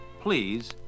please